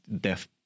death